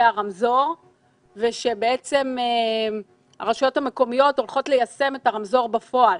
הרמזור ושבעצם הרשויות המקומיות הולכות ליישם את הרמזור בפועל.